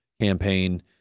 campaign